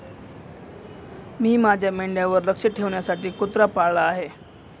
मी माझ्या मेंढ्यांवर लक्ष ठेवण्यासाठी कुत्रा पाळला आहे